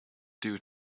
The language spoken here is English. due